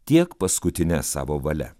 tiek paskutine savo valia